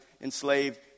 enslaved